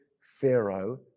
Pharaoh